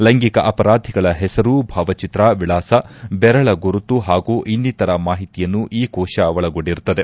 ಲ್ಲೆಂಗಿಕ ಅಪರಾಧಿಗಳ ಹೆಸರು ಭಾವಚಿತ್ರ ವಿಳಾಸ ಬೆರಳ ಗುರುತು ಹಾಗೂ ಇನ್ನಿತರ ಮಾಹಿತಿಯನ್ನು ಈ ಕೋಶ ಒಳಗೊಂಡಿರುತ್ತದೆ